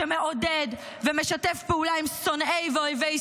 שמעודד ומשתף פעולה עם שונאי ואויבי ישראל.